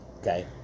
Okay